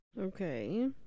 Okay